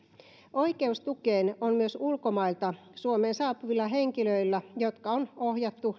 oikeus tukeen on myös ulkomailta suomeen saapuvilla henkilöillä jotka on ohjattu